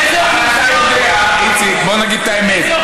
איזה אוכלוסיות, איציק, בוא נגיד את האמת.